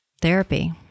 therapy